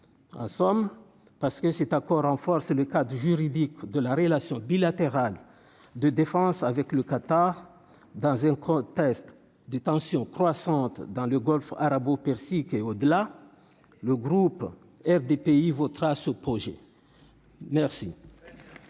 en somme parce que cet accord renforce le cadre juridique de la relation bilatérale de défense avec le Qatar, dans un contexte de tensions croissantes dans le Golfe arabo-persique et au-delà, le groupe RDPI votera ce projet merci.